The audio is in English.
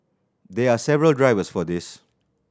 there are several drivers for this